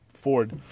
Ford